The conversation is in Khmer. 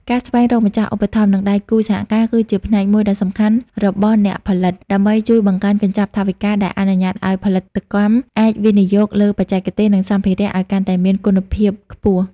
ការស្វែងរកម្ចាស់ឧបត្ថម្ភ និងដៃគូសហការគឺជាផ្នែកមួយដ៏សំខាន់របស់អ្នកផលិត ដើម្បីជួយបង្កើនកញ្ចប់ថវិកាដែលអនុញ្ញាតឱ្យផលិតកម្មអាចវិនិយោគលើបច្ចេកទេស និងសម្ភារៈឱ្យកាន់តែមានគុណភាពខ្ពស់។